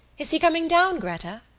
is he coming down, gretta?